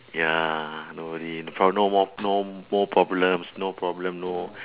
ya no worry no prob~ no more no more problems no problem no